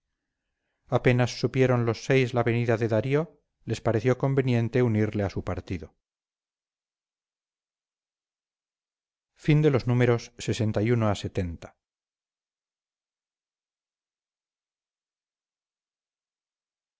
apenas supieron los seis la venida de darío les pareció conveniente unirle a su partido lxxi júntanse